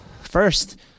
First